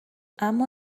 اما